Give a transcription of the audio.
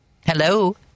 Hello